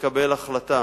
לקבל החלטה